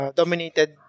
dominated